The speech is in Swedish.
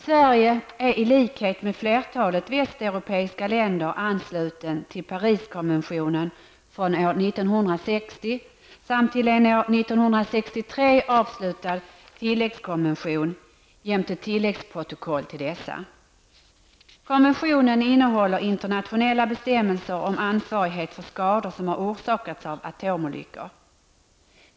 Sverige är i likhet med flertalet västeuropeiska länder anslutet till Pariskonventionen från år 1960 Konventionen innehåller internationella bestämmelser om ansvarighet för skador som har orsakats av atomolyckor.